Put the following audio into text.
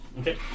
Okay